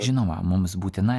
žinoma mums būtina